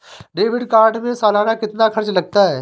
Debit card में सालाना कितना खर्च लगता है?